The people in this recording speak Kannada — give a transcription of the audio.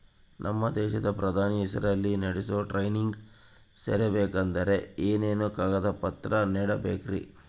ನಮ್ಮ ದೇಶದ ಪ್ರಧಾನಿ ಹೆಸರಲ್ಲಿ ನಡೆಸೋ ಟ್ರೈನಿಂಗ್ ಸೇರಬೇಕಂದರೆ ಏನೇನು ಕಾಗದ ಪತ್ರ ನೇಡಬೇಕ್ರಿ?